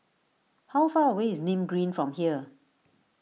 how far away is Nim Green from here